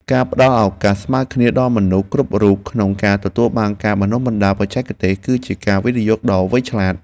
ការផ្ដល់ឱកាសស្មើគ្នាដល់មនុស្សគ្រប់រូបក្នុងការទទួលបានការបណ្តុះបណ្តាលបច្ចេកទេស គឺជាការវិនិយោគដ៏វៃឆ្លាត។